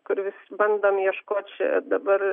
kur vis bandom ieškot čia dabar